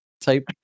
type